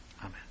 Amen